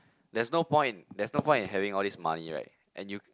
there's no point there's no point in having all this money right and you